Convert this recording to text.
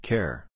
Care